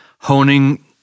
honing